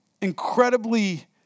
incredibly